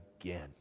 again